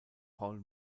paul